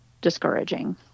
discouraging